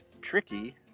tricky